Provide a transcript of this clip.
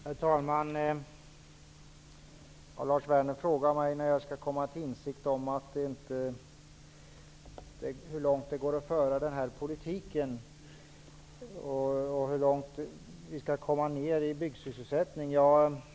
Herr talman! Lars Werner frågar mig när jag skall komma till klarhet om hur långt det går att föra den här politiken och hur långt vi skall låta byggsysselsättningen sjunka.